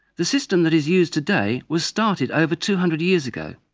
the system that is used today was started over two hundred years ago.